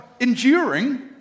enduring